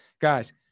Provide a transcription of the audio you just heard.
Guys